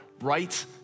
right